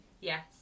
Yes